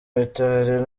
mitali